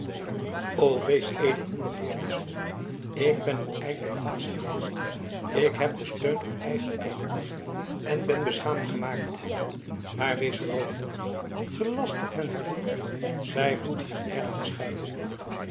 o wees edelmoedig heer bisschop ik ben een ijdele dwaas geweest ik heb gesteund op eigen krachten en ben beschaamd gemaakt maar wees grootmoedig gelast dat men haar zoeke zij moet hier ergens schuilen